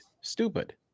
Stupid